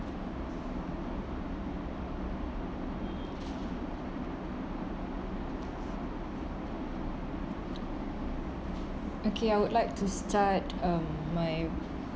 okay I would like to start um my